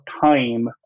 time